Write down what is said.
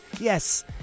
Yes